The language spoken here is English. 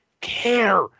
care